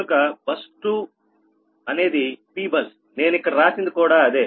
కనుక బస్ 2 అనేది Pబస్ నేను ఇక్కడ రాసింది కూడా అదే